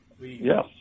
Yes